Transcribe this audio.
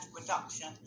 reduction